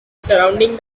surrounding